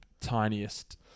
tiniest